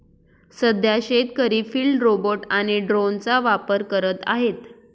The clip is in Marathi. सध्या शेतकरी फिल्ड रोबोट आणि ड्रोनचा वापर करत आहेत